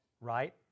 Right